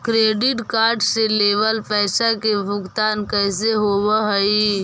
Credit card से लेवल पैसा के भुगतान कैसे होव हइ?